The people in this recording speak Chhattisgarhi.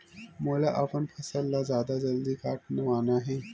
मोला अपन फसल ला जल्दी कटवाना हे?